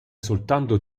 soltanto